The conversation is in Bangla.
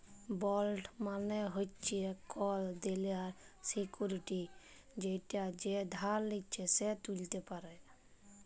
বন্ড মালে হচ্যে কল দেলার সিকুইরিটি যেটা যে ধার লিচ্ছে সে ত্যুলতে পারে